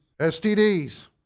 STDs